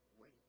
wait